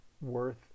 worth